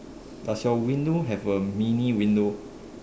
does your window have a mini window